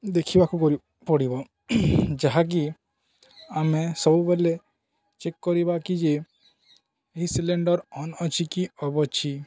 ଦେଖିବାକୁ ପଡ଼ିବ ଯାହାକି ଆମେ ସବୁବେଳେ ଚେକ୍ କରିବା କି ଯେ ଏହି ସିଲିଣ୍ଡର ଅନ୍ ଅଛି କି ଅଫ୍ ଅଛି